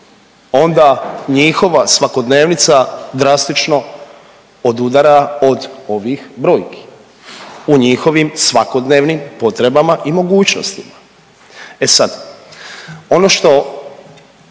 onda njihova svakodnevnica drastično odudara od ovih brojki u njihovim svakodnevnim potrebama i mogućnostima. E sad ono što